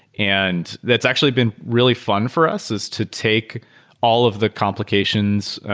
and that's actually been really fun for us, is to take all of the complications,